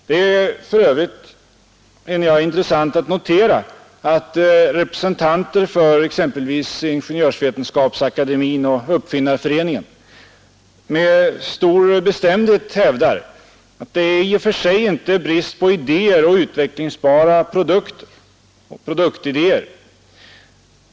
Det är för övrigt intressant att notera att representanter för exempelvis Ingenjörsvetenskapsakademien och Uppfinnareföreningen med stor bestämdhet hävdar att det i och för sig inte är brist på utvecklingsbara produktidéer.